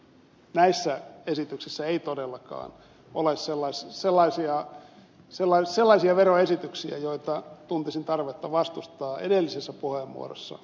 näissä esityksissä ei todellakaan ole sellaisia veroesityksiä joita tuntisin tarvetta vastustaa edellisessä puheenvuorossani